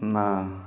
ନା